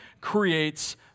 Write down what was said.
creates